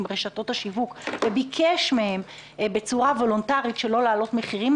עם חברות השיווק וביקש מהם בצורה וולונטרית שלא להעלות מחירים.